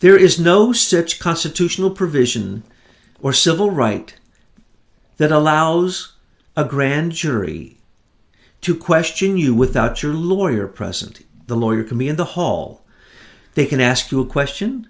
there is no such constitutional provision or civil right that allows a grand jury to question you without your lawyer present the lawyer can be in the hall they can ask you a question